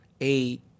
eight